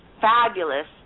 fabulous